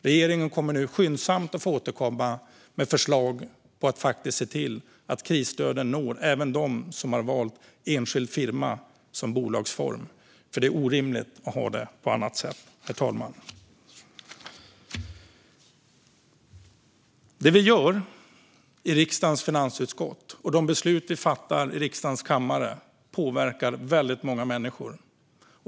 Regeringen kommer nu att få återkomma skyndsamt med förslag på hur krisstöden ska nå även dem som har valt enskild firma som bolagsform. Det är nämligen orimligt att ha det på annat sätt, herr talman. Det vi gör i riksdagens finansutskott och de beslut vi fattar i riksdagens kammare påverkar väldigt många människor.